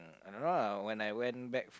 I don't know lah when I went back